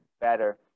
better